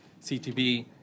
CTB